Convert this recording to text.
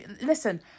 listen